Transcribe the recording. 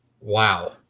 wow